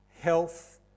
health